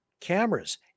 cameras